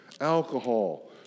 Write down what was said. Alcohol